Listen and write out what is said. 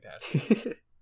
fantastic